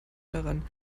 daran